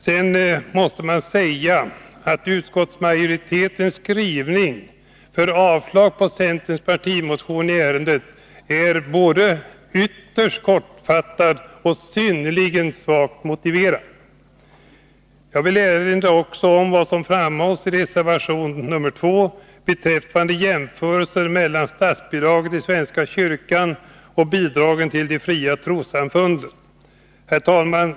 Sedan måste jag säga att utskottets skrivning för avstyrkande av centerns partimotion i ärendet är både ytterst kortfattad och synnerligen svagt motiverad. Jag vill också erinra om vad som framhålls i reservation 2 beträffande jämförelser mellan statbidraget till svenska kyrkan och bidragen till de fria trossamfunden. Herr talman!